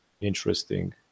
interesting